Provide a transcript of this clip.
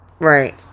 Right